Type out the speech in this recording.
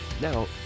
Now